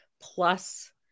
plus